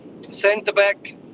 centre-back